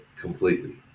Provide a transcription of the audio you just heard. completely